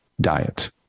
diet